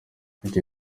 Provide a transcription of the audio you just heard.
iki